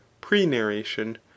pre-narration